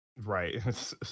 Right